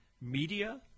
Media